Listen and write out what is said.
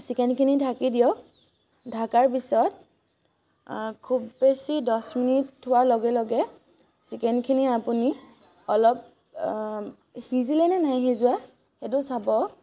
চিকেনখিনি ঢাকি দিয়ক ঢকাৰ পিছত খুব বেছি দহ মিনিট থোৱাৰ লগে লগে চিকেনখিনি আপুনি অলপ সিজিলে নে নাই সিজা এইটো চাব